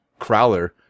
crowler